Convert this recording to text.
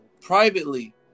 privately